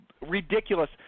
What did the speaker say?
ridiculous